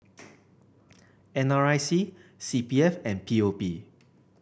N R I C C P F and P O P